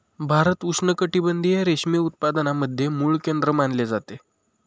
भारत उष्णकटिबंधीय रेशीम उत्पादनाचे मूळ केंद्र मानले जाते